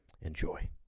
Enjoy